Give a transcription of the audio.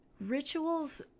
Rituals